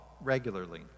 regularly